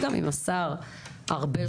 וגם עם השר ארבל,